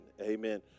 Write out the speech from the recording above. Amen